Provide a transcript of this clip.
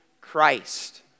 Christ